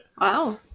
Wow